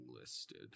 listed